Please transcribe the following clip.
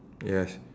yes